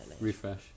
refresh